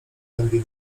dębie